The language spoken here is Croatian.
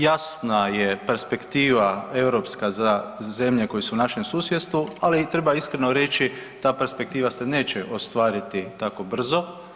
Jasna je perspektiva europska za zemlje koje su u našem susjedstvu, ali treba iskreno reći ta perspektiva se neće ostvariti tako brzo.